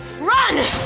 run